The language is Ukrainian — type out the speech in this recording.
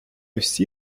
всі